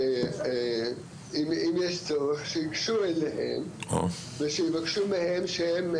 שאם יש צורך שייגשו אליהם ושיבקשו מהם שהם,